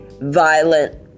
violent